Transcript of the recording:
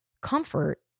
Comfort